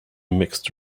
mixed